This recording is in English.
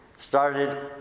started